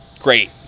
great